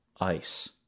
ice